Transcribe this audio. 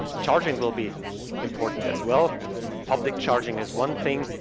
charging will be important as well public charging is one thing